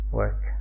work